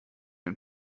den